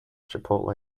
chipotle